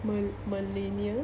mil~ millennial